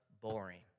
boring